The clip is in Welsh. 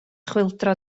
chwyldro